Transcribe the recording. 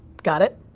got it?